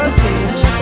change